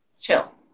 chill